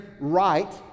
right